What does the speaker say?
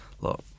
look